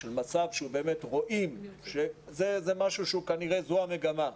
של מצב שבאמת רואים שכנראה זו המגמה,